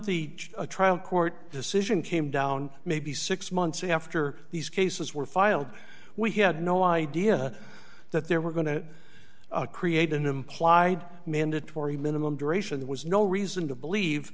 the trial court decision came down maybe six months after these cases were filed we had no idea that there were going to create an implied mandatory minimum duration there was no reason to believe